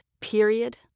period